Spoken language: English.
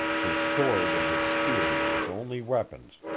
his sword and his spear were his only weapons,